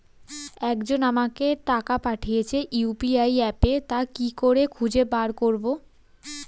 একজন আমাকে টাকা পাঠিয়েছে ইউ.পি.আই অ্যাপে তা কি করে খুঁজে বার করব?